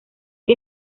que